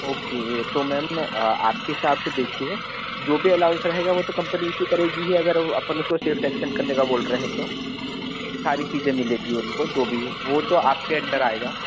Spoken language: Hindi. ओके तो मैम आप आपके हिसाब से देखिए जो भी एलाउंस रहेगा वह तो कम्पनी इशू करेगी ही अगर अपन उसको शिफ्ट एक्शन करने का बोल रहें है तो सारी चीज़ें मिलेगी उनको जो भी वह तो आपके अंडर आएगा